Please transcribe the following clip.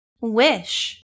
Wish